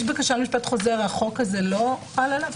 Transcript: בקשה למשפט חוזר החוק הזה לא חל עליו?